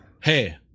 Hey